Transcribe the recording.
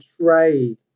trade